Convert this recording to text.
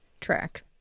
track